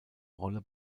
rolle